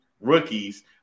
rookies